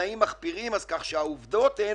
בתנאים מחפירים, כך שהעובדות הן